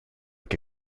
che